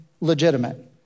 legitimate